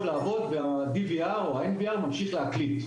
לעבוד וה-DVR או ה-MVR ממשיכים להקליט.